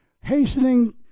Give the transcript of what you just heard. Hastening